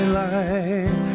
life